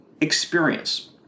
experience